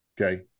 okay